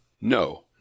No